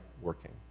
working